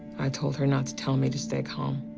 i told her not to tell me to stay calm.